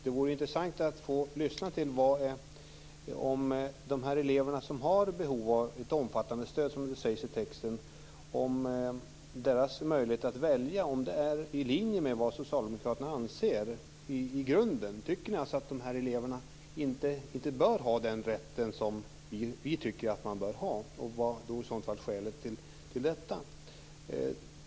Det vore intressant att få höra om de elever som har behov av omfattande stöd, som det sägs i texten, och om deras möjligheter att välja är i linje med vad Socialdemokraterna anser i grunden. Tycker ni att de eleverna inte bör ha den rätten som vi tycker att de bör ha? Vad är i så fall skälet till detta?